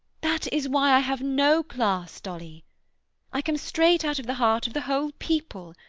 that is why i have no class, dolly i come straight out of the heart of the whole people.